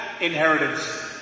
inheritance